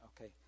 Okay